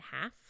half